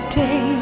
day